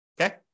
okay